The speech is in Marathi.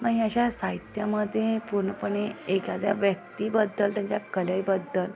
मग हे अशा साहित्यामध्ये पूर्णपणे एखाद्या व्यक्तीबद्दल त्यांच्या कलेबद्दल